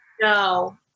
No